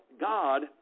God